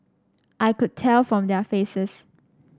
I could tell from their faces